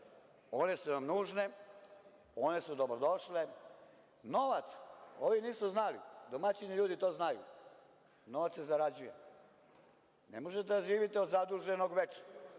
one su nam nužne, one su dobrodošle. Novac, ovi nisu znali, domaćini ljudi to znaju, novac se zarađuje. Ne možete da živite od zaduženog večno,